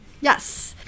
Yes